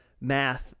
math